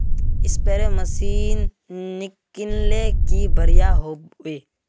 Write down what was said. Spray machine किनले की बढ़िया होबवे?